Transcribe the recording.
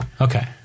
Okay